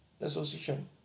Association